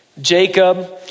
Jacob